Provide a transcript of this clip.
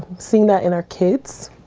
seeing that in our kids